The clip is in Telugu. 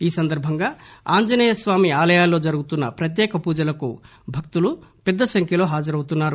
ఈ సందర్బంగా ఆంజనేయ స్వామి ఆలయాల్లో జరుగుతున్న ప్రత్యేక పూజలకు భక్తులు పెద్ద సంఖ్యలో హాజరవుతున్నారు